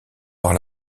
par